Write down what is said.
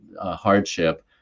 hardship